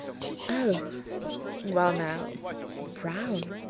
oh well now brown,